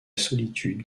solitude